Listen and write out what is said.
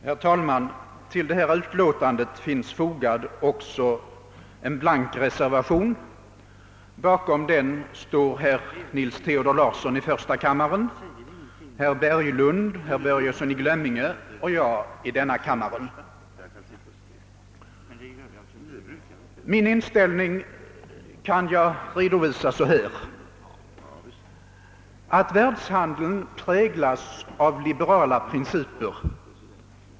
Herr talman! Till detta utlåtande finns också fogad en blank reservation. Bakom den står herr Nils Theodor Larsson i första kammaren samt herr Berglund, herr Börjesson i Glömminge och jag i denna kammare. Min inställning kan jag redovisa på följande sätt.